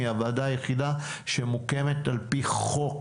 היא הוועדה היחידה שמוקמת על פי חוק,